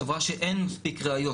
סברה שאין מספיק ראיות,